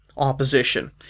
opposition